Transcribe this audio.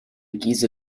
giza